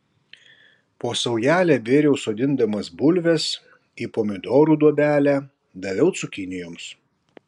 po saujelę bėriau sodindamas bulves į pomidorų duobelę daviau cukinijoms